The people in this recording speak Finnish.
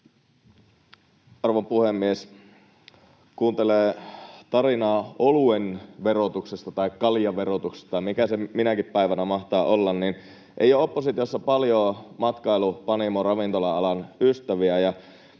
Arvon puhemies! Kun kuuntelee tarinaa oluen verotuksesta tai kaljaverotuksesta — mikä se minäkin päivänä mahtaa olla — niin ei ole oppositiossa paljoa matkailu-, panimo-, ravintola-alan ystäviä.